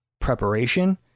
preparation